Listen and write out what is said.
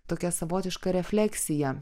tokia savotiška refleksija